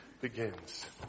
begins